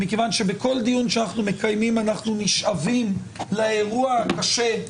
מכיוון שבכל דיון שאנחנו מקיימים אנחנו נשאבים לאירוע הקשה,